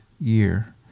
year